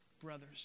brothers